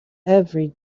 every